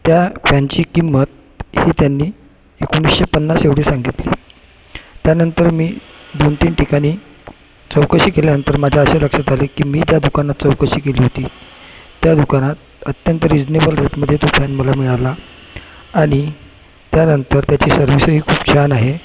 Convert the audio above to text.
त्या फॅनची किंमत ही त्यांनी एकोणीसशे पन्नास एवढी सांगितली त्यानंतर मी दोन तीन ठिकाणी चौकशी केल्यानंतर माझ्या असे लक्षात आलं की मी ज्या दुकानात चौकशी केली होती त्या दुकानात अत्यंत रीजनेबल रेटमध्ये तो फॅन मला मिळाला आणि त्यानंतर त्याची सर्विसही खूप छान आहे